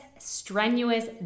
strenuous